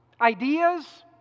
ideas